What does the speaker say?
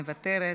מוותרת,